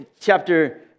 chapter